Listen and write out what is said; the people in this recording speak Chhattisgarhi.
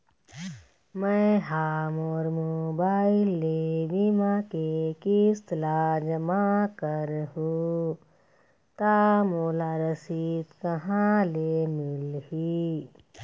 मैं हा मोर मोबाइल ले बीमा के किस्त ला जमा कर हु ता मोला रसीद कहां ले मिल ही?